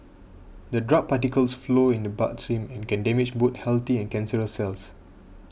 the drug particles flow in the bloodstream and can damage both healthy and cancerous cells